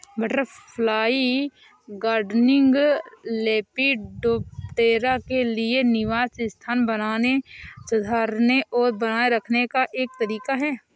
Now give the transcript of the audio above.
butterfly gardening, lepidoptera के लिए निवास स्थान बनाने, सुधारने और बनाए रखने का एक तरीका है